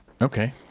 Okay